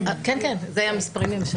כן, אלה המספרים.